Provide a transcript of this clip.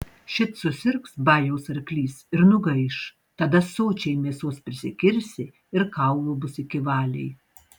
šit susirgs bajaus arklys ir nugaiš tada sočiai mėsos prisikirsi ir kaulų bus iki valiai